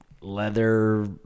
leather